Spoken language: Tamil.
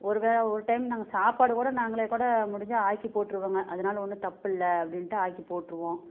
ஒரு வேலை ஒரு டைம் நாங்கள் சாப்பாடு கூட நாங்களே கூட முடிஞ்சா ஆக்கி போட்டுருவோங்க அதனால ஒன்றும் தப்பில்லை அப்படின்டு ஆக்கி போட்ருவோம்